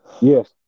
Yes